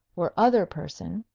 or other person,